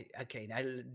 okay